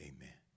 Amen